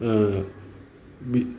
बे